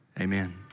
Amen